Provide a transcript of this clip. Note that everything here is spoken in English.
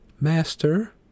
Master